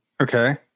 Okay